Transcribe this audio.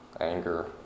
anger